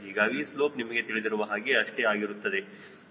ಹೀಗಾಗಿ ಸ್ಲೋಪ್ ನಿಮಗೆ ತಿಳಿದಿರುವ ಹಾಗೆ ಅಷ್ಟೇ ಆಗಿರುತ್ತದೆ